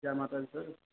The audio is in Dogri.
जै माता दी सर